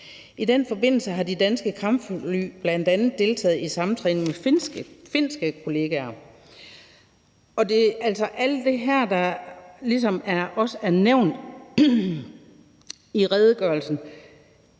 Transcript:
I den forbindelse har de danske kampfly bl.a. deltaget i samtræning med finske kollegaer. Det er altså alt det her, der ligesom også er nævnt i redegørelsen.